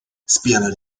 spelar